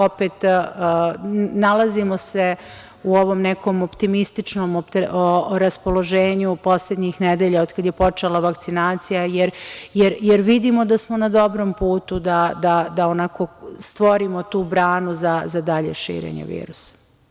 Opet da kažem, nalazimo se u ovom nekom optimističnom raspoloženju poslednjih nedelja od kad je počela vakcinacija, jer vidimo da smo na dobrom putu da stvorimo tu branu za dalje širenje virusa.